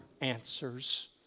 answers